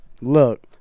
look